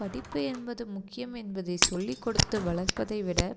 படிப்பு என்பது முக்கியம் என்பதை சொல்லிக் கொடுத்து வளர்ப்பதை விட